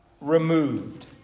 removed